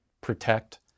protect